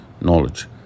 knowledge